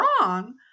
wrong